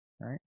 right